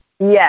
yes